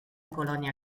colonia